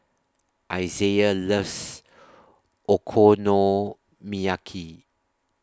Izaiah loves Okonomiyaki